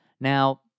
Now